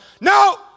no